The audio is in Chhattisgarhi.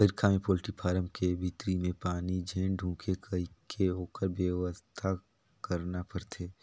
बइरखा में पोल्टी फारम के भीतरी में पानी झेन ढुंके कहिके ओखर बेवस्था करना परथे